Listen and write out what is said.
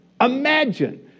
Imagine